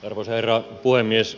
arvoisa herra puhemies